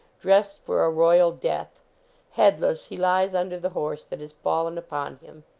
dressed for a royal death headless he lies under the horse that has fallen upon him.